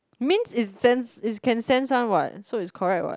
means is sense is can sense one what so is correct [what]